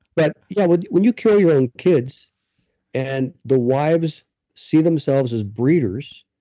but yeah when when you carry your own kids and the wives see themselves as breeders,